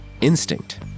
instinct